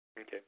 okay